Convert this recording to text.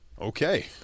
Okay